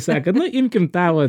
sakant nu imkim tą vat